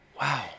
Wow